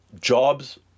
jobs